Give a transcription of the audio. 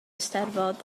eisteddfod